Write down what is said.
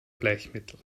bleichmittel